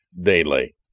daily